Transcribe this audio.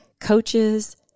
coaches